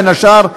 בין השאר,